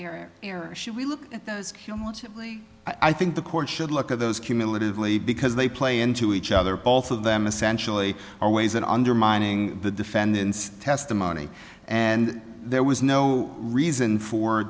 should we look at those cumulatively i think the court should look at those cumulatively because they play into each other both of them essentially are ways in undermining the defendant's testimony and there was no reason for